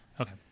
Okay